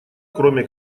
кроме